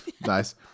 nice